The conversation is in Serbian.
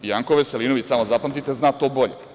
Janko Veselinović, samo zapamtite, zna to bolje.